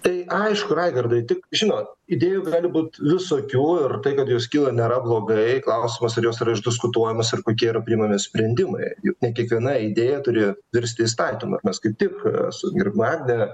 tai aišku raigardai tik žinot idėjų gali būt visokių ir tai kad jos kyla nėra blogai klausimas ar jos yra išdiskutuojamos ir kokie yra priimami sprendimai juk ne kiekviena idėja turi virsti įstatymu mes kaip tik a su gerbiama agne